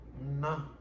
No